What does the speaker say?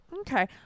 Okay